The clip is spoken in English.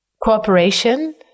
cooperation